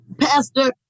Pastor